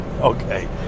Okay